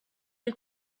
del